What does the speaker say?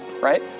right